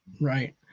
Right